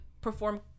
perform